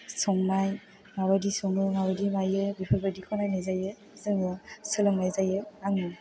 संनाय माबायदि सङो माबायदि मायो बेफोरबायदिखौ नायनाय जायो जोङो सोलोंनाय जायो आं